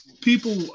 People